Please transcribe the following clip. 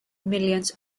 millions